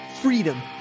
freedom